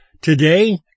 today